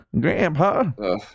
grandpa